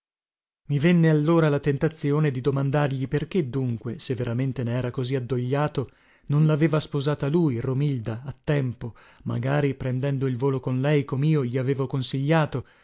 venne allora la tentazione di domandargli perché dunque se veramente nera così addogliato non laveva sposata lui romilda a tempo magari prendendo il volo con lei comio gli avevo consigliato